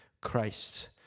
Christ